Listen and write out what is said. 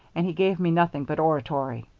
and he gave me nothing but oratory.